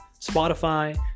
Spotify